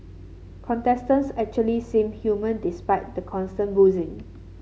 contestants actually seem human despite the constant boozing